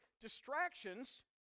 distractions